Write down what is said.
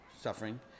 suffering